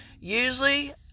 Usually